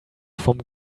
vom